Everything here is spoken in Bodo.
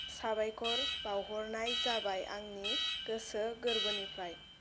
साबायखर बाउहरनाय जाबाय आंनि गोसो गोरबोनिफ्राय